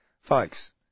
Folks